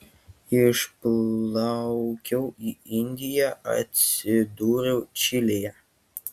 išplaukiau į indiją o atsidūriau čilėje